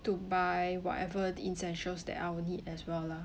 to buy whatever the essentials that I will need as well lah